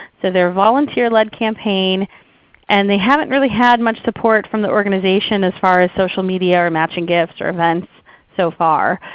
so they're a volunteer led campaign and they haven't really had much support from the organization as far as social media or matching gifts or event so far.